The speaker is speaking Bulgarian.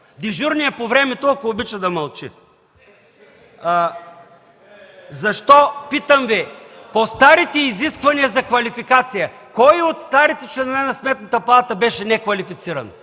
Дежурният по времето, ако обича, да мълчи. Защо, питам Ви, по старите изисквания за квалификация, кой от старите членове на Сметната палата беше неквалифициран?